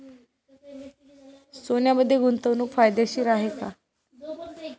सोन्यामध्ये गुंतवणूक फायदेशीर आहे का?